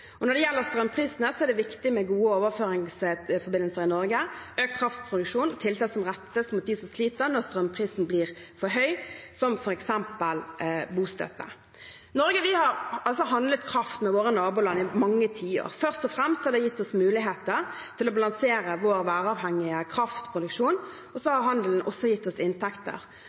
Når det gjelder strømprisene, er det viktig med gode overføringsforbindelser i Norge og økt kraftproduksjon, og med tiltak som rettes mot dem som sliter når strømprisen blir for høy, som f.eks. bostøtte. I Norge har vi handlet kraft med våre naboland i mange tiår. Først og fremst har det gitt oss muligheter til å balansere vår væravhengige kraftproduksjon, og så har handelen også gitt oss inntekter.